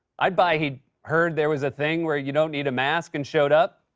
i'd buy he heard there was a thing where you don't need a mask and showed up.